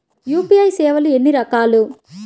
UPI సేవలు ఎన్నిరకాలు?